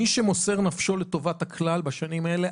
מי שמוסר נפשו לטובת הכלל בשנים האלה,